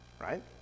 Right